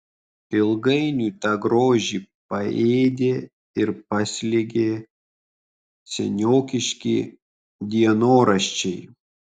ilgainiui tą grožį paėdė ir paslėgė seniokiški dienoraščiai